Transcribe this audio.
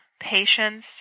patience